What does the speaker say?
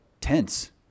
tense